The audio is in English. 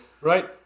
right